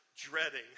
dreading